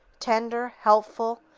tender, helpful,